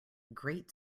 great